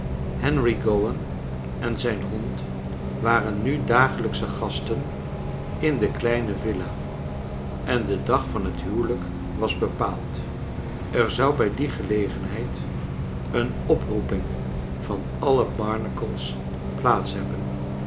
henry gowan en zijn hond waren nu dagelijksche gas ten in de kleine villa en de dag van het huwelij k was bepaald er zou bij die gelegenheid een oproeping van alle barnacles plaats hebben